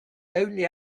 only